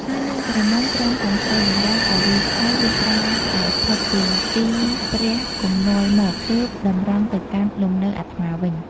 ហើយនាងក្រមុំ ព្រមទាំងស្រីបម្រើក៏វារថយ លុះត្រាតែផុតពីទីព្រះគំនាល់មក ទើបតម្រង់ទៅកាន់លំនៅអាត្មាវិញ ។